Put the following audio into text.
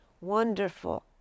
wonderful